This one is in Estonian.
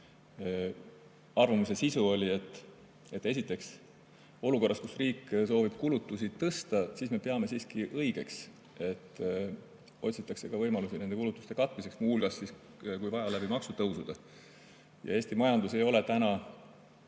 Arvamuse sisu oli, et esiteks, olukorras, kus riik soovib kulutusi tõsta, me peame siiski õigeks, et otsitakse võimalusi nende kulutuste katmiseks ja muu hulgas, kui vaja, ka maksutõusude abil. Eesti majandus ei ole täna